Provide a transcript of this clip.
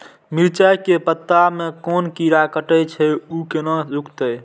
मिरचाय के पत्ता के कोन कीरा कटे छे ऊ केना रुकते?